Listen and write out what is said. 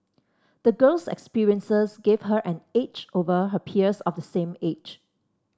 the girl's experiences gave her an edge over her peers of the same age